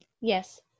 Yes